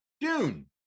Dune